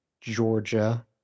Georgia